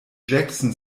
jackson